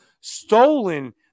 stolen